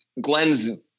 Glenn's